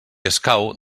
escau